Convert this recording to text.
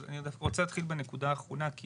אני דווקא רוצה להתחיל בנקודה האחרונה כי